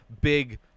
big